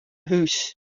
hús